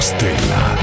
Stella